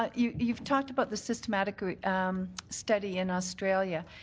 um you've you've talked about the systematic study in australia.